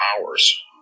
hours